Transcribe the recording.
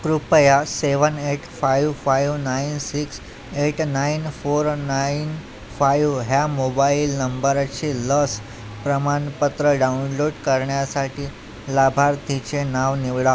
कृपया seven eight five five nine six eight nine four nine five ह्या mobile नंबरचे लस प्रमाणपत्र डाउनलोड करण्यासाठी लाभार्थीचे नाव निवडा